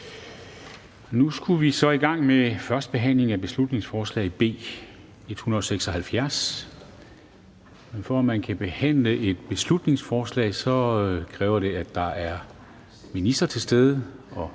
Nu skulle vi så i gang med førstebehandlingen af beslutningsforslag B 176, men for at man kan behandle et beslutningsforslag, kræver det, at der er en minister